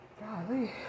Golly